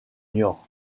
niort